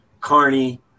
Carney